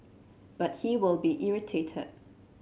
but he will be irritated